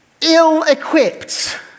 ill-equipped